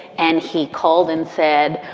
and he called and said,